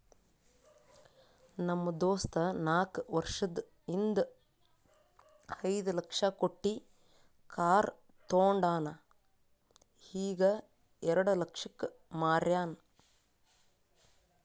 ನಮ್ ದೋಸ್ತ ನಾಕ್ ವರ್ಷದ ಹಿಂದ್ ಐಯ್ದ ಲಕ್ಷ ಕೊಟ್ಟಿ ಕಾರ್ ತೊಂಡಾನ ಈಗ ಎರೆಡ ಲಕ್ಷಕ್ ಮಾರ್ಯಾನ್